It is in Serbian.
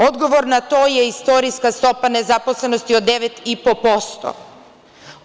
Odgovor na to je istorijska stopa nezaposlenosti od 9,5%